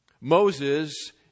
Moses